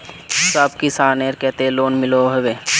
सब किसानेर केते लोन मिलोहो होबे?